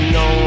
no